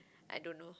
I don't know